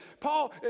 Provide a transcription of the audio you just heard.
Paul